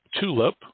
TULIP